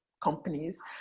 companies